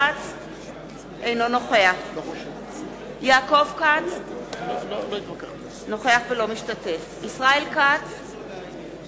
אינו נוכח יעקב כץ, אינו משתתף בהצבעה ישראל כץ,